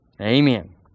Amen